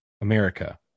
America